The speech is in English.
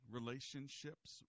relationships